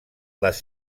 les